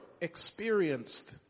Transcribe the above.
experienced